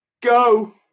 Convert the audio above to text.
Go